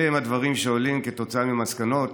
אלה הדברים שעולים מהמסקנות